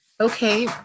Okay